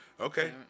Okay